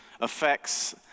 affects